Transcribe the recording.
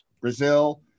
Brazil